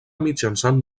mitjançant